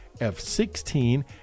F-16